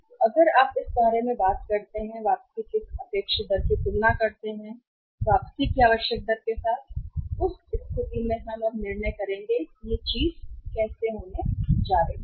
तो अगर आप इस बारे में बात करते हैं वापसी की इस अपेक्षित दर की तुलना वापसी की आवश्यक दर के साथ करें उस स्थिति में हम करेंगे अब निर्णय लेना है कि चीजें कैसे होने जा रही हैं